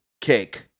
cake